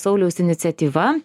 sauliaus iniciatyva